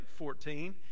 14